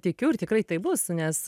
tikiu ir tikrai taip bus nes